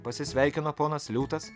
pasisveikino ponas liūtas